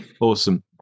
Awesome